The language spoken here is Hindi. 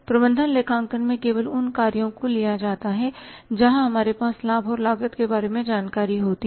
प्रबंधन लेखांकन में केवल उन कार्यों को लिया जाता है जहां हमारे पास लाभ और लागत के बारे में जानकारी होती है